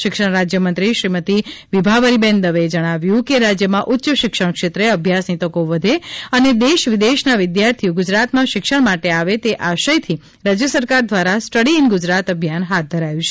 શિક્ષણ રાજય મંત્રી શ્રીમતિ વિભાવરીબેન દવેએ જણાવ્યુ છે કે રાજ્યમાં ઉચ્ય શિક્ષણ ક્ષેત્રે અભ્યાસની તકો વધે અને દેશ વિદેશના વિદ્યાર્થીઓ ગુજરાતમાં શિક્ષણ માટે આવે એ આશયથી રાજ્ય સરકાર દ્વારા સ્ટડી ઇન ગુજરાત અભિયાન હાથ ધરાયુ છે